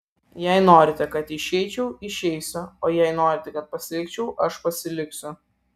jei norite kad išeičiau išeisiu o jei norite kad pasilikčiau aš pasiliksiu